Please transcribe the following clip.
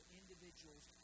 individuals